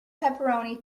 pepperoni